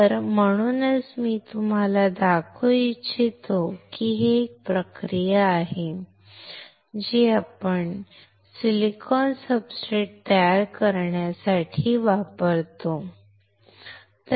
तर म्हणूनच मी तुम्हाला दाखवू इच्छितो की ही एक प्रक्रिया आहे जी आपण सिलिकॉन सब्सट्रेट तयार करण्यासाठी वापरतो ठीक आहे